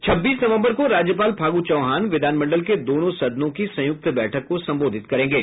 छब्बीस नवम्बर को राज्यपाल फागू चौहान विधानमंडल के दोनों सदनों की संयुक्त बैठक को संबोधित करेंगे